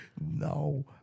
No